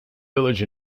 village